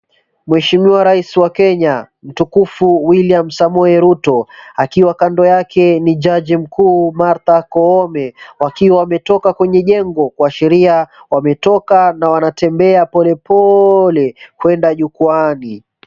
Mheshimiwa rais wa Kenya mtukufu William Samoei Ruto akiwa kando yake ni jaji mkuu Martha Koome, wakiwa wametoka kwenye jengo kuashiria wametoka wanatembea pole pole kwenda jukwaani.